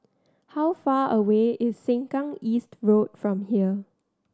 how far away is Sengkang East Road from here